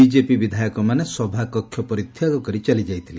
BJP ବିଧାୟକମାନେ ସଭାକକ୍ଷ ପରିତ୍ୟାଗ କରି ଚାଲିଯାଇଥିଲେ